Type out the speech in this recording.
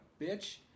bitch